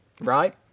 Right